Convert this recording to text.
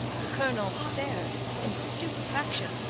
the colonel stared in stupefaction.